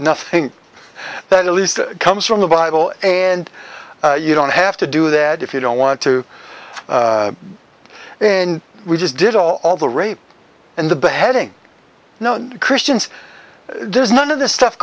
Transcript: nothing that at least comes from the bible and you don't have to do that if you don't want to and we just did all of the rape and the beheading no christians there's none of this stuff